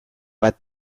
bat